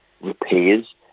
repairs